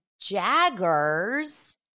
Jagger's